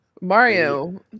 Mario